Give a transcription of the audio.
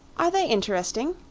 are they interesting?